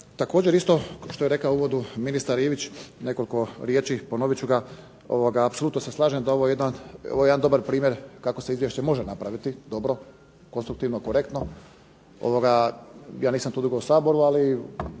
Također, isto što je rekao u uvodu ministar Ivić, nekoliko riječi ponovit ću ga. Apsolutno se slažem da je ovo jedan dobar primjer kako se izvješće može napraviti dobro, konstruktivno, korektno. Ja nisam tu dugo u Saboru, ali